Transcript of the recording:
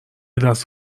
دست